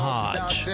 Hodge